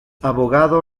abogado